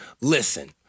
listen